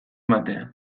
batean